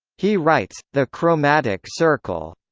he writes, the chromatic circle.